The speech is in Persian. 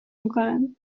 میکنن